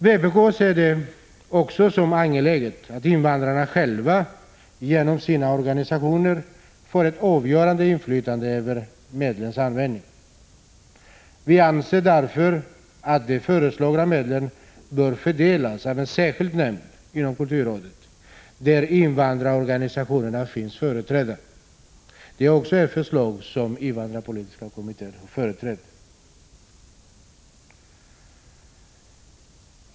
Vpk ser det också som angeläget att invandrarna själva genom sina organisationer får ett avgörande inflytande över medlens användning. Vi anser därför att de föreslagna medlen bör fördelas av en särskild nämnd inom kulturrådet där invandrarorganisationerna finns företrädda. Även detta är ett förslag som invandrarpolitiska kommittén har ställt sig bakom.